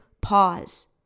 pause